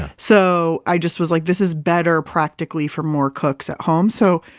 so, i just was like, this is better practically for more cooks at home. so,